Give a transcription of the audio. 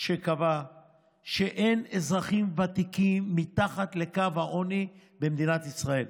שקבע שאין אזרחים ותיקים מתחת לקו העוני במדינת ישראל.